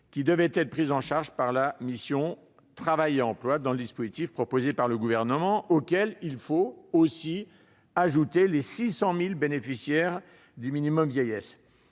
qui devaient être prises en charge par la mission « Travail et emploi » dans le dispositif proposé par le Gouvernement, et les 600 000 bénéficiaires du minimum vieillesse.